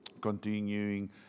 continuing